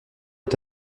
est